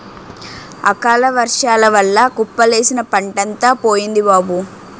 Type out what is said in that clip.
అకాలవర్సాల వల్ల కుప్పలేసిన పంటంతా పోయింది బాబూ